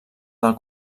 del